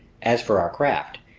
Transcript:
as for our craft,